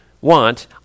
want